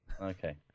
Okay